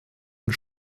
und